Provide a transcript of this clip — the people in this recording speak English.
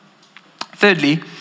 Thirdly